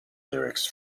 lyrics